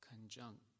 conjunct